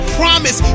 promise